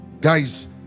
guys